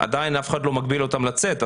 עדיין אף אחד לא מגביל אותם לצאת,